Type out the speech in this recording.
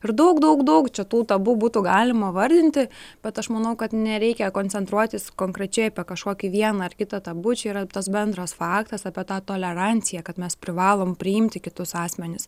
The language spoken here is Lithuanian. ir daug daug daug čia tų tabu būtų galima vardinti bet aš manau kad nereikia koncentruotis konkrečiai apie kažkokį vieną ar kitą tabu čia yra tas bendras faktas apie tą toleranciją kad mes privalom priimti kitus asmenis